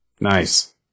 Nice